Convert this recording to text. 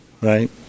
right